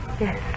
Yes